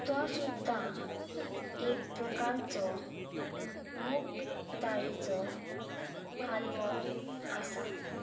तो सुद्दां एक प्रकारचो मूग दाळीचो हालवो आसा